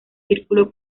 círculo